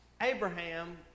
Abraham